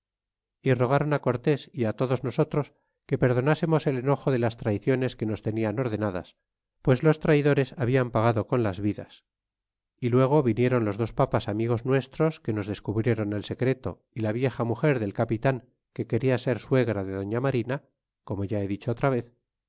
y rogaron a cortés y a todos nosotros que perdonásemos el enojo de las traiciones que nos tenian ordenadas pues los traidores hablan pagado con las vidas y luego vinieron los dos papas amigos nuestros que nos descubrieron el secreto y la vieja muger del capitan que quería ser suegra de doña marina como ya he dicho otra vez